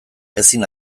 ezin